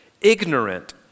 ignorant